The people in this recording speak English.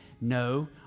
No